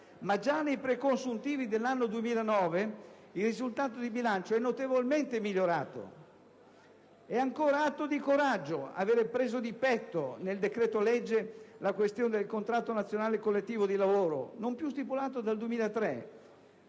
Ma già nei preconsuntivi dell'anno 2009 il risultato di bilancio è notevolmente migliorato. È ancora atto di coraggio avere preso di petto nel decreto-legge la questione del contratto nazionale collettivo di lavoro non più stipulato dal 2003,